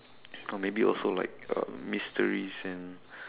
or maybe also like um mysteries and